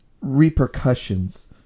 repercussions